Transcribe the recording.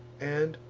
and,